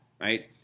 right